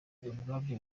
ubwabyo